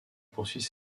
poursuivi